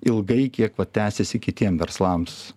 ilgai kiek va tęsiasi kitiem verslams